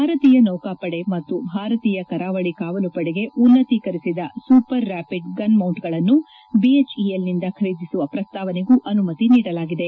ಭಾರತೀಯ ನೌಕಾಪಡೆ ಮತ್ತು ಭಾರತೀಯ ಕರಾವಳ ಕಾವಲುಪಡೆಗೆ ಉನ್ನತೀಕರಿಸಿದ ಸೂಪರ್ ರ್ನಾಪಿಡ್ ಗನ್ಮೌಂಟ್ಗಳನ್ನು ಬಿಎಚ್ಇಎಲ್ನಿಂದ ಖರೀಸುವ ಪ್ರಸ್ತಾವನೆಗೂ ಅನುಮತಿ ನೀಡಲಾಗಿದೆ